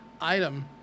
item